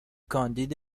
کاندید